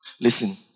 Listen